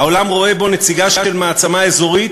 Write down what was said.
העולם רואה בו נציגהּ של מעצמה אזורית,